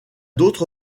d’autre